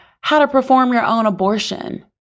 how-to-perform-your-own-abortion